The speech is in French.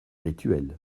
rituels